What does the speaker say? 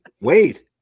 Wait